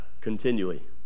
continually